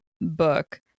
book